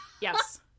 Yes